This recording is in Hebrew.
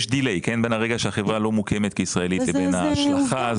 יש דיליי בין הרגע שהחברה לא מוקמת כישראלית לבין ההשלכה.